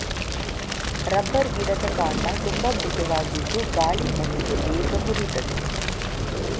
rubber ಗಿಡದ ಕಾಂಡ ತುಂಬಾ ಮೃದು ಇದ್ದು ಗಾಳಿ ಮಳೆಗೆ ಬೇಗ ಮುರೀತದೆ